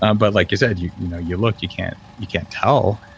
um but like you said, you you know, you look, you can't you can't tell.